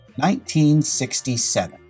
1967